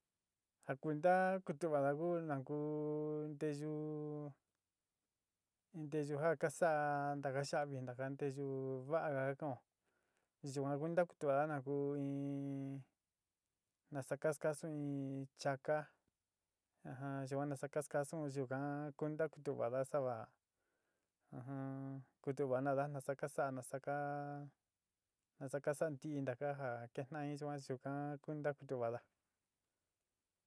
Ja kuenta kutu va'ada ku na kú nteyu nteyu ja ka sa'aá ntaka xavi taka nteyu va'á ka kan'ó, yuan nanku tu'ána ku in nasa ka skasu in chaka yuan nasa ka skasu yukaa kunta kutuva'ada saava kutu va'anada nasa ka saaa nasa ka nasa ka saa ntií ntaka ja ketaán jin yuan yuka kunta kutuva'ada.